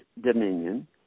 dominion